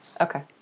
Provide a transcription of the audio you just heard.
Okay